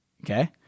Okay